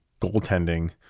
goaltending